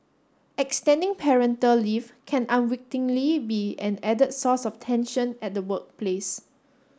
extending parental leave can unwittingly be an added source of tension at the workplace